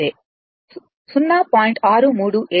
V సగటు అదే 0